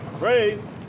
raise